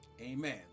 Amen